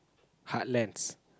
hard lens